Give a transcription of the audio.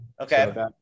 okay